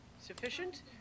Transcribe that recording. sufficient